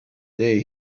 day